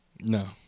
No